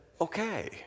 okay